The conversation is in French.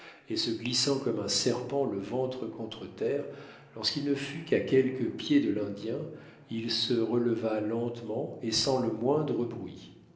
et se glissant comme un serpent le ventre contre terre lorsqu'il ne fut qu'à quelques pieds de l'indien il se releva lentement et sans le moindre bruit